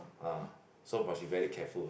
ah so must be very careful